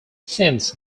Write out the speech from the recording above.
since